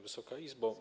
Wysoka Izbo!